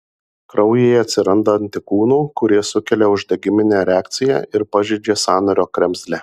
kraujyje atsiranda antikūnų kurie sukelia uždegiminę reakciją ir pažeidžia sąnario kremzlę